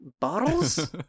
bottles